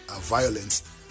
violence